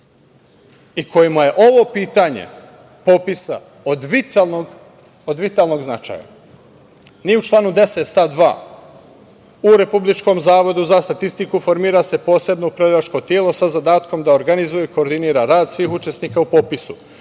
i kojima je ovo pitanje popisa od vitalnog značaja.U članu 10. stav 2: „U Republičkom zavodu za statistiku formira se posebno upravljačko telo sa zadatkom da organizuje i koordinira rad svih učesnika u popisu.